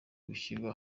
gushyirwa